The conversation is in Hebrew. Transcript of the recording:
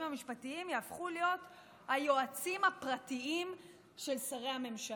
היועצים משפטיים יהפכו להיות היועצים הפרטיים של שרי הממשלה.